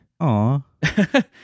Aww